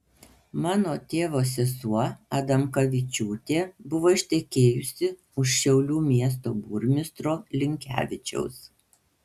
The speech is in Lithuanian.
mano tėvo sesuo adamkavičiūtė buvo ištekėjusi už šiaulių miesto burmistro linkevičiaus